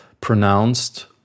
pronounced